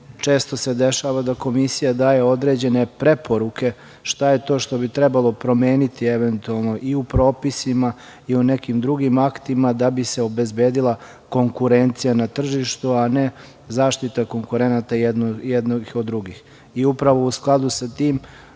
često se dešava da Komisija daje određene preporuke šta je to što bi trebalo promeniti eventualno i u propisima i u nekim drugim aktima da bi se obezbedila konkurencija na tržištu, a ne zaštita konkurenata jednih od drugih i upravo u skladu sa tim,